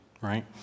right